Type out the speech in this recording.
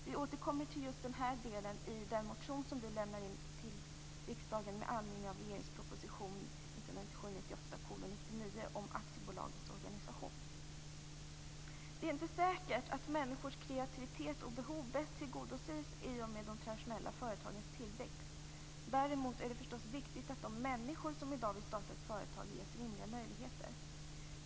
Vi återkommer till just denna del i den motion vi kommer att väcka i riksdagen med anledning av regeringens proposition 1997/98:99 om aktiebolagens organisation. Det är inte säkert att människors kreativitet och behov bäst tillgodoses i och med de traditionella företagens tillväxt. Däremot är det viktigt att de människor som i dag vill starta ett företag ges rimliga möjligheter.